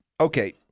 okay